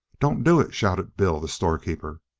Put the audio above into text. don't do it! shouted bill, the storekeeper.